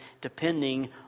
depending